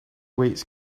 weights